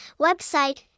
Website